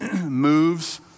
moves